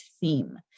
theme